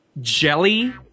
Jelly